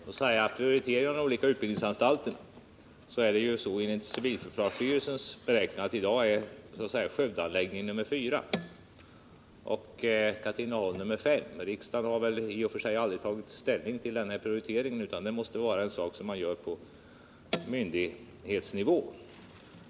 Herr talman! Med risk för att det börjar bli tjatigt skulle jag när det gäller prioriteringen av olika utbildningsanstalter vilja säga att enligt civilförsvarsstyrelsen är Skövdeanläggningen i dag nummer fyra och Katrineholm nummer fem. Riksdagen har i och för sig aldrig tagit ställning till den här prioriteringen, utan den måste vara någonting som genomförs på myndighetsnivå.